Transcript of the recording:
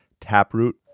Taproot